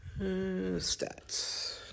Stats